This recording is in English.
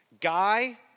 Guy